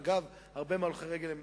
אגב, הרבה מהולכי הרגל הם